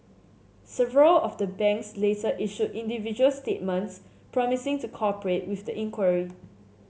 several of the banks later issued individual statements promising to cooperate with the inquiry